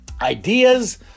ideas